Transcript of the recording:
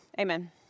Amen